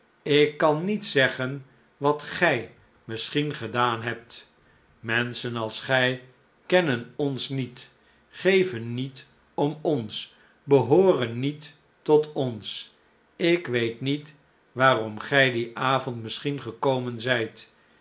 ik kan niet zeggen wat gij misschien gedaan hebt menschen als gij kennen ons niet geven niet om ons behooren niet tot ons ik weet niet waarom gn dien avond misschien gekomen zijt